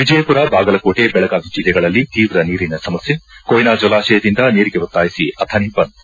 ವಿಜಯಪುರ ಬಾಗಲಕೋಟೆ ಬೆಳಗಾವಿ ಜಿಲ್ಲೆಗಳಲ್ಲಿ ತೀವ್ರ ನೀರಿನ ಸಮಸ್ಕೆ ಕೊಯ್ನಾ ಜಲಾತಯದಿಂದ ನೀರಿಗೆ ಒತ್ತಾಯಿಸಿ ಅಥಣೆ ಬಂದ್